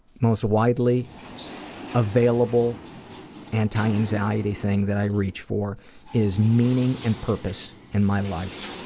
most widely available anti-anxiety thing that i reach for is meaning and purpose in my life,